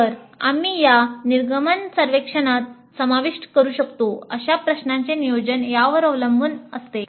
तर आम्ही ज्या निर्गमन सर्वेक्षणात समाविष्ट करू शकतो अशा प्रश्नांचे नियोजन यावर अवलंबून असते